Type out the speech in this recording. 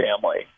family